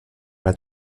pas